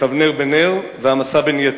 את אבנר בן נר ואת עמשא בן יתר.